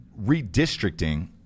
redistricting